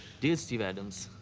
dear steve adams,